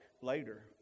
later